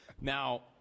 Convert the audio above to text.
Now